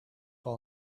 all